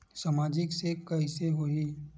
सामाजिक से कइसे होही?